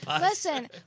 Listen